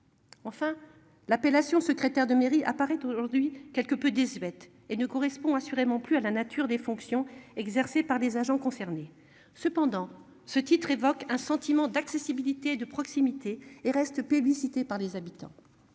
Enfin l'appellation secrétaire de mairie apparaît aujourd'hui quelque peu désuète et ne correspond assurément plus à la nature des fonctions exercées par des agents concernés. Cependant ce titre évoque un sentiment d'accessibilité, de proximité et reste publicité par des habitants.